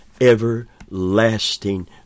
everlasting